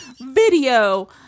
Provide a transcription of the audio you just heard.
video